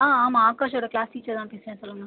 ஆ ஆமாம் ஆகாஷோடய class teacher தான் பேசுகிறேன் சொல்லுங்கள்